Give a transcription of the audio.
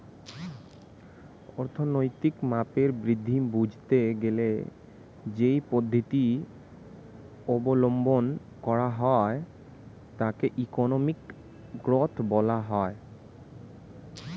অর্থনৈতিক মাপের বৃদ্ধি বুঝতে গেলে যেই পদ্ধতি অবলম্বন করা হয় তাকে ইকোনমিক গ্রোথ বলা হয়